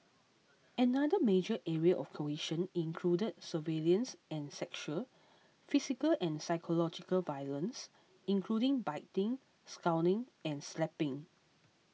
another major area of coercion included surveillance and sexual physical and psychological violence including biting scalding and slapping